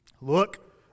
look